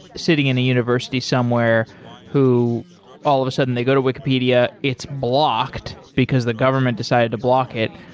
sitting in a university somewhere who all of a sudden they go to wikipedia, it's blocked because the government decided to block it,